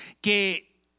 que